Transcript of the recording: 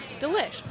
delish